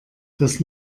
dass